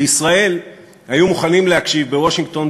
לישראל היו מוכנים להקשיב בוושינגטון,